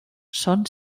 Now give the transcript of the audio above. son